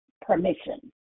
permission